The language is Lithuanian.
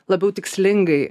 labiau tikslingai